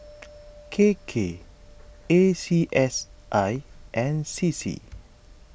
K K A C S I and C C